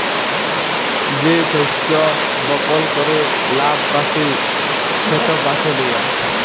যে শস্য বপল ক্যরে লাভ ব্যাশি সেট বাছে লিয়া